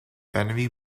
enemy